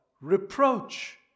reproach